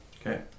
okay